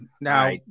Now